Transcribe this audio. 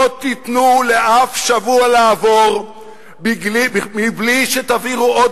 לא תיתנו לאף שבוע לעבור בלי שתבעירו עוד